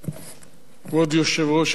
כבוד יושב-ראש הכנסת,